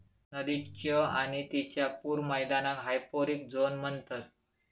नदीच्य आणि तिच्या पूर मैदानाक हायपोरिक झोन म्हणतत